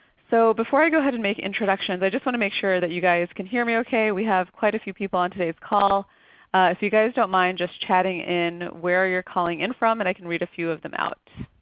so before i go ahead and make introductions, i just want to make sure that you guys can hear me okay. we have quite a few people on today's call. so if you guys don't mind just chatting in where you're calling in from and i can read a few of them out.